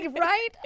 Right